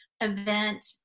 event